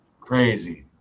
Crazy